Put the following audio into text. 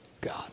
God